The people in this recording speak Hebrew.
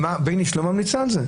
בייניש לא ממליצה על זה?